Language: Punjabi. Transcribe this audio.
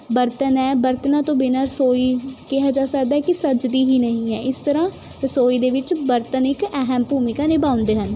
ਬਰਤਨ ਹੈ ਬਰਤਨਾਂ ਤੋਂ ਬਿਨ੍ਹਾਂ ਰਸੌਈ ਕਿਹਾ ਜਾ ਸਕਦਾ ਹੈ ਕੀ ਸੱਜਦੀ ਹੀ ਨਹੀਂ ਹੈ ਇਸ ਤਰ੍ਹਾਂ ਰਸੋਈ ਦੇ ਵਿੱਚ ਬਤਰਨ ਇੱਕ ਅਹਿਮ ਭੂਮਿਕਾ ਨਿਭਾਉਂਦੇ ਹਨ